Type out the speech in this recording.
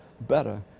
better